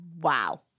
Wow